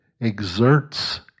exerts